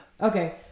Okay